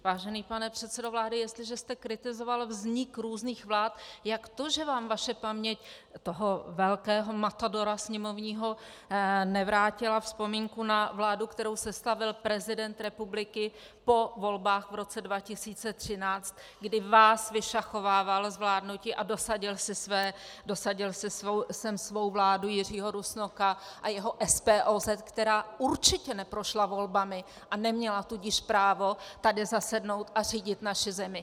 Vážený pane předsedo vlády, jestliže jste kritizoval vznik různých vlád, jak to, že vám vaše paměť, toho velkého matadora sněmovního, nevrátila vzpomínku na vládu, kterou sestavil prezident republiky po volbách v roce 2013, kdy vás vyšachovával z vládnutí a dosadil si sem svou vládu Jiřího Rusnoka a jeho SPOZ, která určitě neprošla volbami, a neměla tudíž právo tady zasednout a řídit naši zemi?